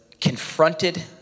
confronted